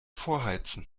vorheizen